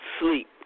sleep